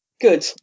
Good